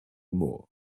more